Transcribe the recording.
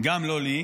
גם לא לי,